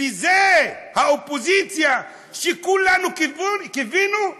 זאת האופוזיציה שכולנו קיווינו לה?